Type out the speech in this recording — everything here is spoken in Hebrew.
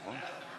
נראה מי יהיה פה.